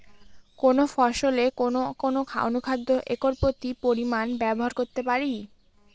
কোন ফসলে কোন কোন অনুখাদ্য একর প্রতি কত পরিমান ব্যবহার করতে পারি?